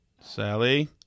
Sally